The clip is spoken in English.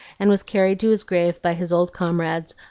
and was carried to his grave by his old comrades,